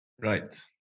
Right